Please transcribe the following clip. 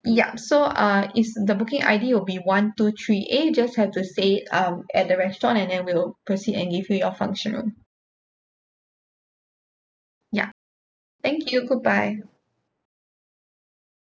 yup so uh is the booking I_D will be one two three A just have to say um at the restaurant and then we will proceed and give you your function room ya thank you goodbye